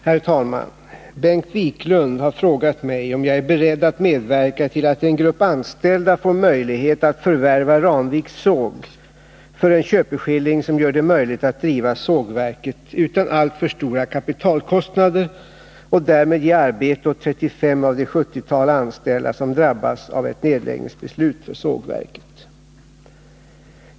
Herr talman! Bengt Wiklund har frågat mig om jag är beredd att medverka till att en grupp anställda får möjlighet att förvärva Ramviks såg för en köpeskilling som gör det möjligt att driva sågverket utan alltför stora kapitalkostnader och därmed ge arbete åt 35 av det 70-tal anställda som drabbas av ett nedläggningsbeslut för sågverket.